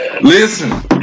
listen